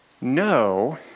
No